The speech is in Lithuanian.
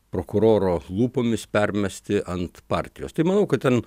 prokuroro lūpomis permesti ant partijos tai manau kad ten